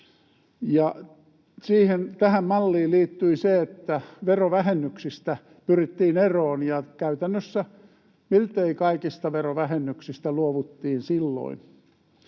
Tähän malliin liittyi se, että verovähennyksistä pyrittiin eroon, ja käytännössä miltei kaikista verovähennyksistä luovuttiin silloin.